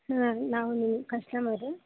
ಹಾಂ ನಾವು ನಿಮ್ಮ ಕಸ್ಟಮರು